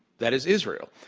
that is israel.